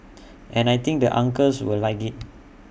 and I think the uncles will like IT